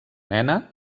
nena